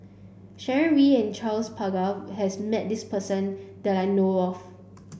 Sharon Wee and Charles Paglar has met this person that I know of